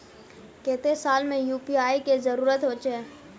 केते साल में यु.पी.आई के जरुरत होचे?